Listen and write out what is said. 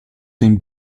seem